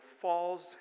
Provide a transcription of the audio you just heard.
falls